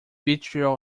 vitriol